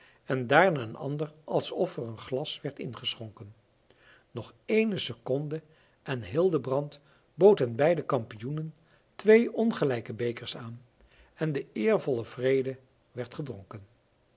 en daarna een ander alsof er een glas werd ingeschonken nog ééne seconde en hildebrand bood den beiden kampioenen twee ongelijke bekers aan en de eervolle vrede werd gedronken